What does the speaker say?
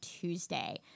Tuesday